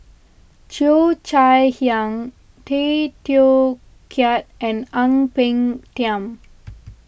Cheo Chai Hiang Tay Teow Kiat and Ang Peng Tiam